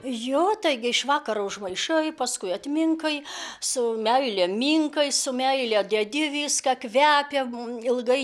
jo taigi iš vakaro užmaišai paskui atminkai su meile minkai su meile dedi viską kvepia ilgai